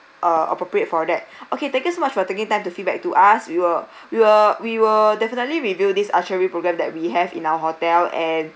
uh appropriate for that okay thank you so much for taking time to feedback to us we will we will we will definitely review this archery program that we have in our hotel and